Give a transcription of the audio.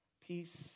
peace